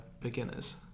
beginners